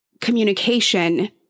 communication